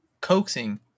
coaxing